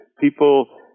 People